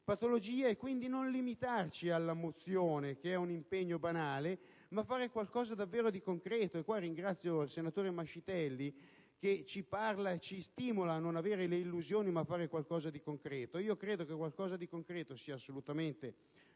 patologia in modo da non limitarci alla mozione, che è un impegno banale, ma fare qualcosa davvero di concreto. E qui ringrazio il senatore Mascitelli che ci stimola a non avere le illusioni ma a fare qualcosa di concreto. Io credo che qualcosa di concreto sia assolutamente